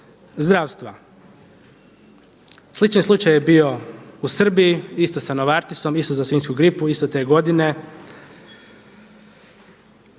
zdravstva. Slični slučaj je bio u Srbiji isto sa Novartisom, isto za svinjsku gripu, isto te godine.